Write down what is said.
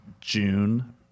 June